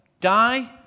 die